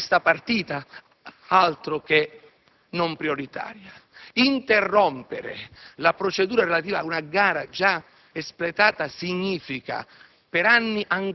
chiudere questa partita, altro che non prioritaria! Interrompere la procedura relativa ad una gara già espletata significa